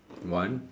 one